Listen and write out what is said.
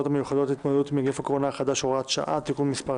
המיוחדות להתמודדות עם נגיף הקורונה החדש (הוראת שעה) (תיקון מס'